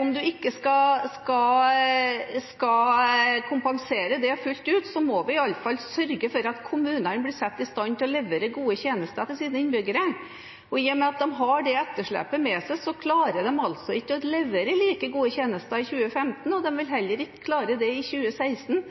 Om en ikke skal kompensere det fullt ut, så må vi i alle fall sørge for at kommunene blir satt i stand til å levere gode tjenester til sine innbyggere. I og med at de har det etterslepet med seg, klarer de altså ikke å levere like gode tjenester i 2015, og de vil heller ikke klare det i 2016,